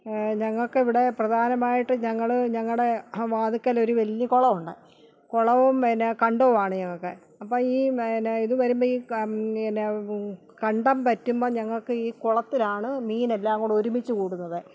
ഞങ്ങൾക്ക് ഇവിടെ പ്രധാനമായിട്ടും ഞങ്ങള് ഞങ്ങളുടെ വാതുക്കല് ഒരു വലിയ കുളമാണ് കുളവും പിന്നെ കണ്ടവുമാണ് ഞങ്ങൾക്ക് അപ്പോൾ ഈ പിന്നെ ഇത് വരുമ്പോൾ ക പിന്നെ കണ്ടം വറ്റുമ്പോൾ ഞങ്ങൾക്ക് ഈ കുളത്തിലാണ് മീനെല്ലാം കൂടെ ഒരുമിച്ചു കൂടുന്നത്